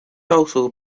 also